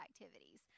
activities